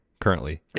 currently